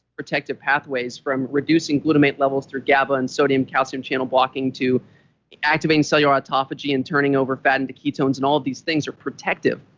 protective pathways from reducing glutamate levels through gaba and sodium calcium channel blocking to activating cellular autophagy and turning over fat into ketones. and all of these things are protective,